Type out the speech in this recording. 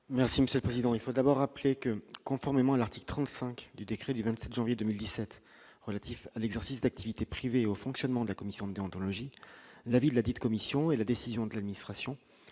Merci Monsieur le Président, il faut d'abord rappeler que, conformément à l'article 35 du décret du 27 janvier 2017 relatif à l'exercice d'activités privées au fonctionnement de la commission déontologique, la vie de ladite commission, et la décision de l'administration